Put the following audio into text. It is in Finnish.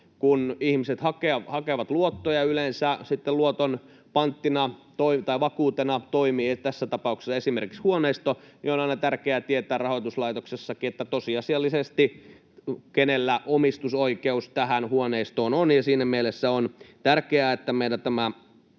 Kun ihmiset hakevat luottoja, yleensä sitten luoton panttina tai vakuutena toimii tässä tapauksessa esimerkiksi huoneisto, ja on aina tärkeää rahoituslaitoksessakin tietää, kenellä tosiasiallisesti omistusoikeus huoneistoon on. Siinä mielessä on tärkeää, että meillä tämä